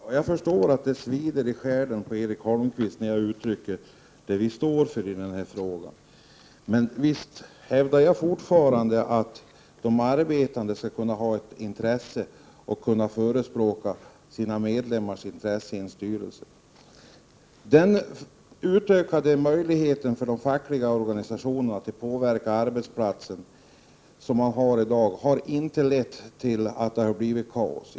Fru talman! Jag förstår att det svider i själen, Erik Holmkvist, när jag uttrycker vad vi står för i den här frågan. Visst hävdar jag fortfarande att de arbetandes organisationer skall kunna ha ett intresse av att kunna förespråka sina medlemmars intressen i en styrelse. Den utökade möjlighet som de fackliga organisationerna i dag har att påverka arbetsplatsen har inte lett till att det har blivit kaos.